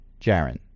Jaren